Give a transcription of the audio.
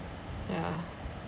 yeah